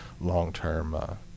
long-term